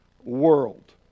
world